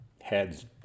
heads